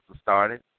started